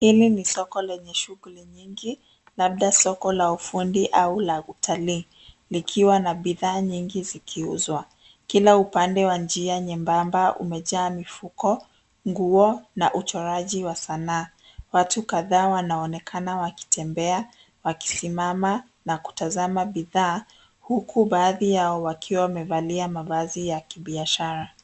Hili ni soko lenye shughuli nyingi labda soko la ufundi au la utalii likiwa na bidhaa nyingi zikiuzwa. Kila upande wa njia nyembamba umejaa mifuko, nguo na uchoraaji wa sanaa. Watu kadhaa wanaonekana wakitembea, wakisimama na kutazama bidhaa huku baadhi yao wakiwa wamevalia mavazi ya kibiashara.